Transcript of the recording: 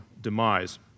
demise